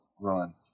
run